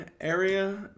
area